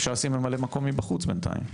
אפשר לשים ממלא מקום מבחוץ בינתיים.